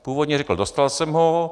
Původně řekl: dostal jsem ho.